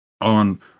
on